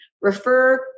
refer